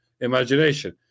imagination